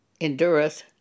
endureth